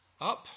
up